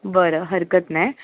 बरं हरकत नाही